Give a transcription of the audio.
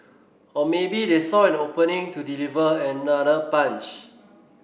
or maybe they saw an opening to deliver another punch